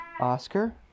Oscar